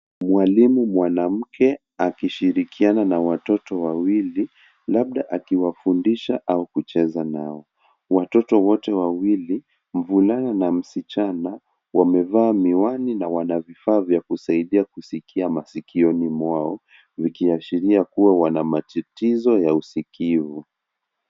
Mwalimu mwanamke akishirikiana na watoto wawili, labda akiwafundisha au kucheza nao. Watoto wote wawili, mvulana na msichana, wamevaa miwani na wana vifaa vya kusaidia kusikia masikioni mwao, vikiashiria kuwa wana matatizo ya usikivu.